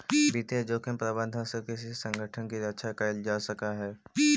वित्तीय जोखिम प्रबंधन से किसी संगठन की रक्षा करल जा सकलई हे